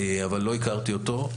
אבל לא הכרתי אותו.